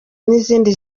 n’izindi